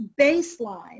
baseline